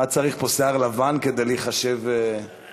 מה, צריך פה שיער לבן כדי להיחשב יודע?